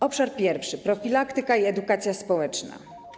Obszar pierwszy - profilaktyka i edukacja społeczna.